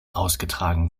ausgetragen